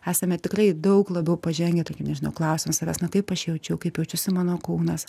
esame tikrai daug labiau pažengę tokie nežinau klausiam savęs na taip aš jaučiau kaip jaučiasi mano kaunas